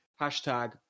Hashtag